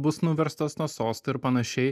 bus nuverstos nuo sosto ir panašiai